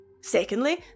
Secondly